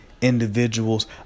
individuals